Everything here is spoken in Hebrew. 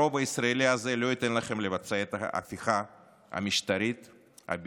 הרוב הישראלי הזה לא ייתן לכם לבצע את ההפיכה המשטרית הבלתי-חוקית.